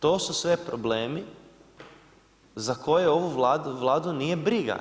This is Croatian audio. To su sve problemi, za koju ovu Vladu nije briga.